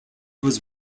was